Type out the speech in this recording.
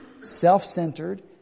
self-centered